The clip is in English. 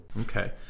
Okay